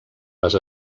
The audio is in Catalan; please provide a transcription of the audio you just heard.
les